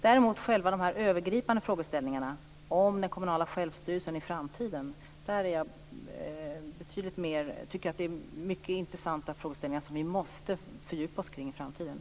Däremot tycker jag att själva de övergripande frågeställningarna om den kommunala självstyrelsen i framtiden är mycket intressanta frågor som vi måste fördjupa oss i framöver.